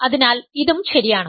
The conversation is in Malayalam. അതിനാൽ ഇതും ശരിയാണ്